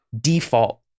default